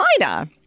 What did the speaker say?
China